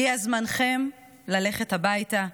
הגיע זמנכם ללכת הביתה,